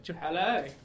Hello